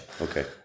Okay